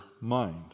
mind